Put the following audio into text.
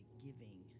giving